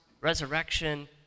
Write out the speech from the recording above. resurrection